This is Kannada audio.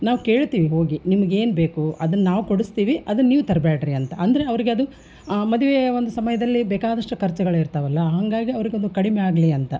ನಾವು ಕೇಳ್ತೀವಿ ಹೋಗಿ ನಿಮಗೇನು ಬೇಕು ಅದನ್ನು ನಾವು ಕೊಡಿಸ್ತೀವಿ ಅದನ್ನು ನೀವು ತರ್ಬೇಡ್ರಿ ಅಂತ ಅಂದ್ರೆ ಅವರಿಗದು ಆ ಮದುವೆಯ ಒಂದು ಸಮಯದಲ್ಲಿ ಬೇಕಾದಷ್ಟು ಖರ್ಚುಗಳಿರ್ತಾವಲ್ಲ ಹಾಗಾಗಿ ಅವರಿಗದು ಕಡಿಮೆ ಆಗಲಿ ಅಂತ